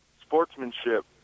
sportsmanship